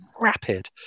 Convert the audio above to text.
rapid